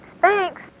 thanks